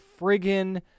friggin